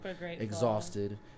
exhausted